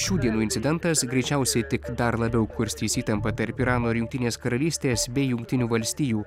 šių dienų incidentas greičiausiai tik dar labiau kurstys įtampą tarp irano ir jungtinės karalystės bei jungtinių valstijų